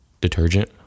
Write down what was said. detergent